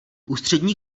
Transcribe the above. ústřední